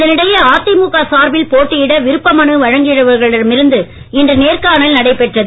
இதனிடையே அதிமுக சார்பில் போட்டியிட விருப்ப மனு வழங்கியவர்களிடம் இன்று நேர்காணல் நடைபெற்றது